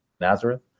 Nazareth